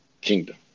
kingdom